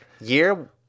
year